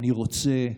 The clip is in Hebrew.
אני רוצה,